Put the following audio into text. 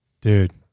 Dude